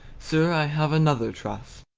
sir, i have another trust.